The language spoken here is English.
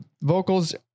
vocals